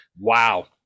wow